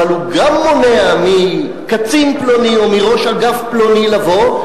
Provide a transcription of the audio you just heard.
אבל הוא גם מונע מקצין פלוני או מראש אגף פלוני לבוא,